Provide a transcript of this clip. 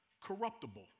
corruptible